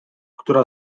która